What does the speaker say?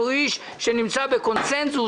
הוא איש שנמצא בקונצנזוס.